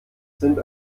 sind